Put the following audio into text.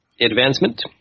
advancement